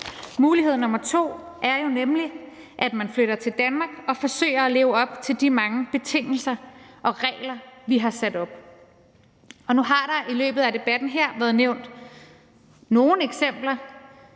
Mulighed nummer to er jo nemlig, at man flytter til Danmark og forsøger at leve op til de mange betingelser og regler, vi har sat op. Og nu har der i løbet af debatten her været nævnt nogle eksempler,